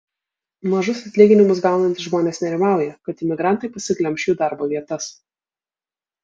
mažus atlyginimus gaunantys žmonės nerimauja kad imigrantai pasiglemš jų darbo vietas